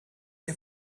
der